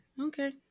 Okay